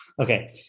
Okay